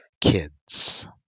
Kids